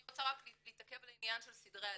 אני רוצה רק להתעכב על העניין של סדרי הדין.